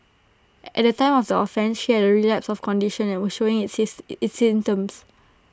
at the time of the offence she had A relapse of her condition and was showing its his its symptoms